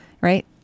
right